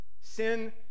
Sin